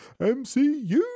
mcu